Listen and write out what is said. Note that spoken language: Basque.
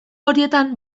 horietan